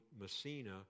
Messina